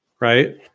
Right